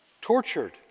tortured